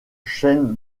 chêne